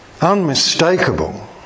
Unmistakable